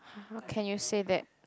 how can you say that